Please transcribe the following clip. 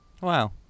Wow